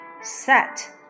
Set